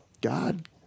God